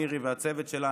מירי והצוות שלה.